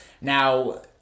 Now